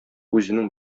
үзенең